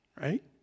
right